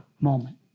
Moment